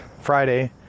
Friday